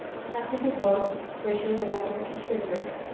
on the huffington post, where she is a regular contributor.